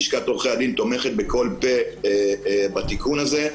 לשכת עורכי הדין תומכת בכל פה בתיקון הזה.